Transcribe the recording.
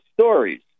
stories